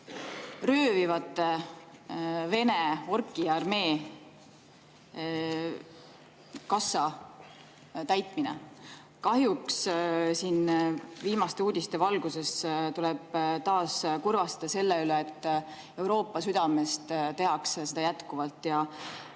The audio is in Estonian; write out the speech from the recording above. röövivate Vene orkide armee kassa täitmist. Kahjuks viimaste uudiste valguses tuleb taas kurvastada selle üle, et Euroopa südames tehakse seda jätkuvalt.